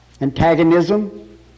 Antagonism